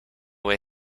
way